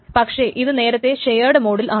പക്ഷേ ഇത് നേരത്തെ ഷെയേഡ് മോഡിൽ ആണ്